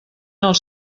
els